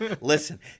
Listen